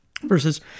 versus